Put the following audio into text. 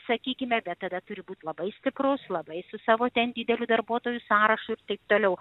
sakykime bet tada turi būt labai stiprus labai su savo ten dideliu darbuotojų sąrašu ir taip toliau